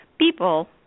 people